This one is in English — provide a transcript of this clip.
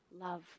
love